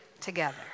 together